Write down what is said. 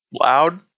loud